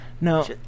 No